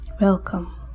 Welcome